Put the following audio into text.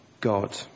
God